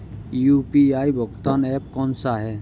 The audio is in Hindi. यू.पी.आई भुगतान ऐप कौन सा है?